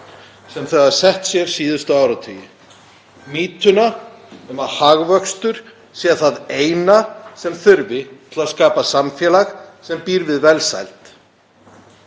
sem þau hafa sett sér síðustu áratugi; mýtuna um að hagvöxtur sé það eina sem þurfi til að skapa samfélag sem býr við velsæld.